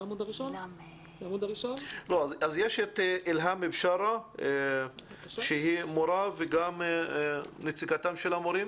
יש את אילהאם בשארה שהיא מורה וגם נציגתם של המורים.